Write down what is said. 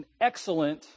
excellent